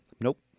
Nope